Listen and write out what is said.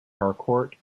harcourt